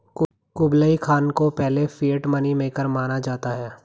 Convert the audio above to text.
Kublai Khan को पहले fiat money maker माना जाता है